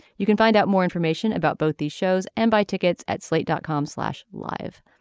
you can find out more information about both these shows and buy tickets at slate dot com slash live.